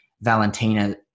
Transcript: Valentina